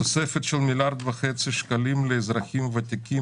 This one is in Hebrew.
תוספת של מיליארד וחצי שקלים לאזרחים הוותיקים